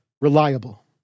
reliable